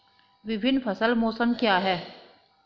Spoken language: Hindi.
विभिन्न फसल मौसम क्या हैं?